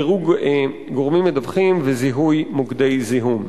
דירוג גורמים מדווחים וזיהוי מוקדי זיהום.